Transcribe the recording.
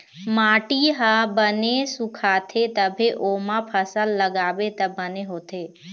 माटी ह बने सुखाथे तभे ओमा फसल लगाबे त बने होथे